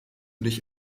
dich